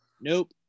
nope